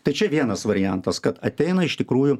tai čia vienas variantas kad ateina iš tikrųjų